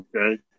Okay